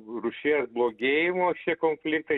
rūšies blogėjimo šie konfliktai